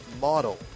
model